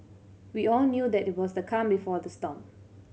we all knew that it was the calm before the storm